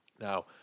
Now